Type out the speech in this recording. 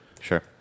Sure